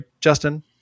Justin